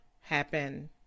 happen